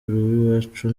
w’iwacu